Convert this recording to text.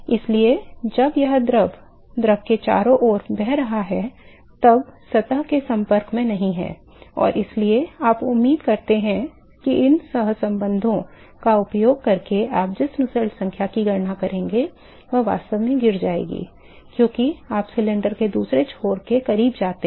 इसलिए जब यह द्रव द्रव के चारों ओर बह रहा है अब सतह के संपर्क में नहीं है और इसलिए आप उम्मीद करते हैं कि इन सहसंबंधों का उपयोग करके आप जिस नुसेल्ट संख्या की गणना करेंगे वह वास्तव में गिर जाएगी क्योंकि आप सिलेंडर के दूसरे छोर के करीब जाते हैं